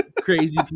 crazy